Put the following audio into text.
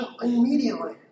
immediately